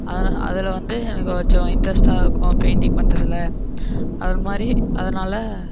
அதில் வந்து எனக்கு கொஞ்சம் இன்ட்ரஸ்ட்டாக இருக்கும் பெயிண்ட்டிங் பண்றதில் அது மாதிரி அதனால